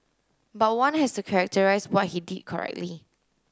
but one has to characterise what he did correctly